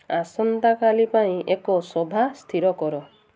ଆସନ୍ତାକାଲି ପାଇଁ ଏକ ସଭା ସ୍ଥିର କର